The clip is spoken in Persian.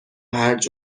هرج